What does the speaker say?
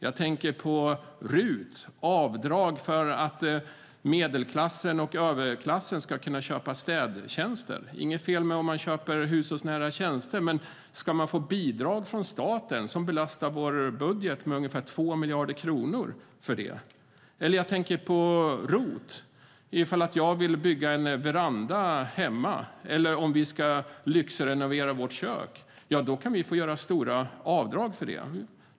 Jag tänker på RUT, ett avdrag som finns för att medelklassen och överklassen ska kunna köpa städtjänster. Det är inget fel med att köpa hushållsnära tjänster, men ska man få bidrag som belastar statens budget med ungefär 2 miljarder kronor för det? Jag tänker på ROT. Ifall jag vill bygga en veranda hemma eller om vi ska lyxrenovera vårt kök kan vi få göra stora avdrag för det.